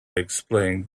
explained